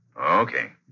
Okay